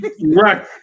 Right